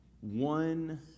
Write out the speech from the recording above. One